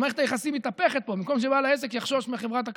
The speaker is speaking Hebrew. אז מערכת היחסים מתהפכת פה: במקום שבעל העסק יחשוש מחברת הכשרות,